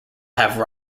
have